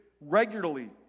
regularly